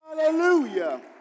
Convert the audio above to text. Hallelujah